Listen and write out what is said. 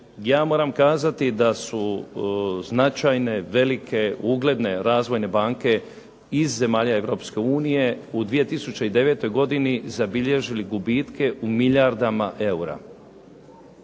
Ja moram kazati da su značajne, velike, ugledne razvojne banke iz zemalja Europske unije u 2009. godini zabilježile gubitke u milijardama eura.